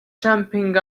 jumping